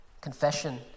confession